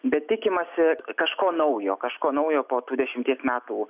bet tikimasi kažko naujo kažko naujo po tų dešimties metų